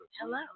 Hello